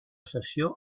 sessió